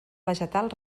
vegetal